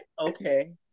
Okay